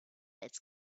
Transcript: its